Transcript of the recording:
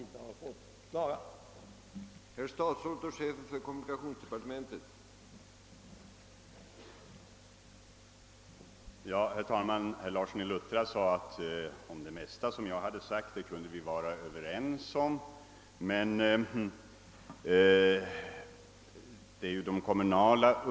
Det är ingen ko på isen.